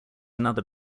another